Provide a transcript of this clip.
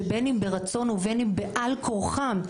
שבין אם ברצון ובין אם בעל כורחם,